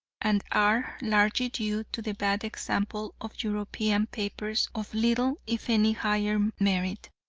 and are largely due to the bad example of european papers of little if any higher merit.